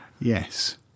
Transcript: Yes